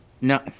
No